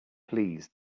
please